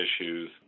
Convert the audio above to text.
issues